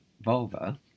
vulva